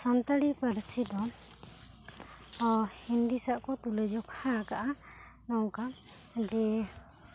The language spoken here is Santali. ᱥᱟᱱᱛᱟᱲᱤ ᱯᱟᱹᱲᱥᱤ ᱫᱚ ᱦᱤᱱᱫᱤ ᱥᱟᱶ ᱠᱚ ᱛᱩᱞᱟᱹ ᱡᱚᱠᱷᱟ ᱟᱠᱟᱫᱟ ᱟ ᱱᱚᱝᱠᱟ ᱡᱮ